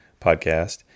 podcast